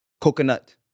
Coconut